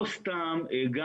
לא סתם גם